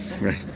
Right